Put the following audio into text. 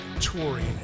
touring